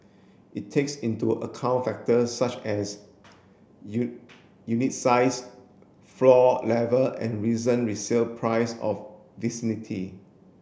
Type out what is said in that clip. it takes into account factors such as unit size floor level and reason resale price of vicinity